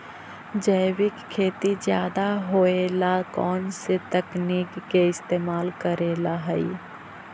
जैविक खेती ज्यादा होये ला कौन से तकनीक के इस्तेमाल करेला हई?